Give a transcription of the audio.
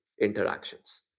interactions